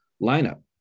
lineup